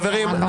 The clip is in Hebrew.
חברים,